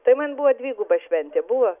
tai man buvo dviguba šventė buvo